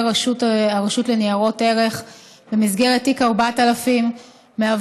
הרשות לניירות ערך במסגרת תיק 4000 מהוות